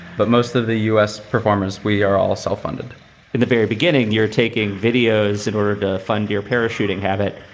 but most of the us performers, we are all self-funded in the very beginning you're taking videos in order to fund your parachuting habit.